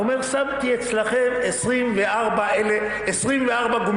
אומר: שמתי אצלכם 24 גומיות,